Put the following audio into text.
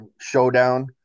showdown